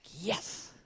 yes